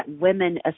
women